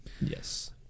Yes